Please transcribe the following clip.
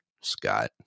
Scott